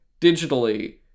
digitally